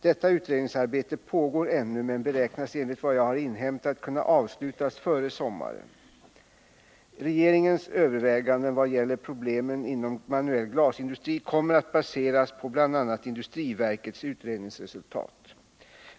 Detta utredningsarbete pågår ännu men beräknas enligt vad jag har inhämtat kunna avslutas före sommaren. Regeringens överväganden vad gäller problemen inom manuell glasindustri kommer att baseras på bl.a. industriverkets utredningsresultat.